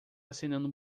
acenando